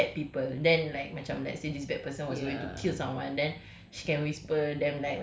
for like betul-betul like for bad people then like macam let's say this bad person was going to kill someone then